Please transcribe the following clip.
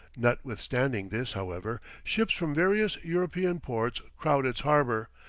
notwithstanding this, however, ships from various european ports crowd its harbor,